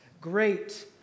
great